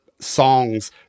songs